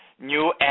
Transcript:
new